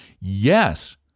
Yes